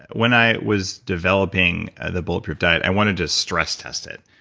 when i was developing the bulletproof diet i wanted to stress test it.